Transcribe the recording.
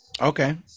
Okay